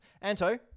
Anto